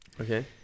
okay